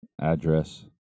Address